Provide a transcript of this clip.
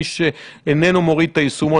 על מי שאיננו מוריד את היישומון,